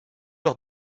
leur